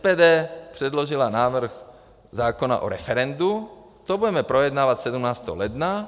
SPD předložila návrh zákona o referendu, ten budeme projednávat 17. ledna.